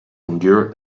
endure